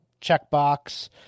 checkbox